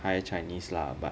higher chinese lah but